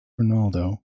Ronaldo